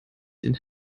den